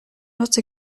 not